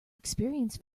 experience